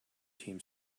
team